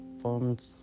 forms